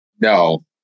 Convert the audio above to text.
No